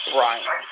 Brian